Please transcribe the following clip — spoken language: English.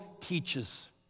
teaches